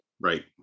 Right